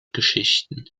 geschichten